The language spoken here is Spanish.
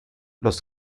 los